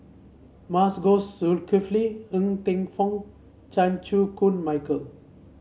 Masagos Zulkifli Ng Teng Fong Chan Chew Koon Michael